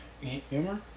Humor